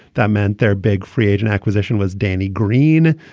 that meant their big free agent acquisition was danny green.